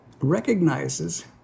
recognizes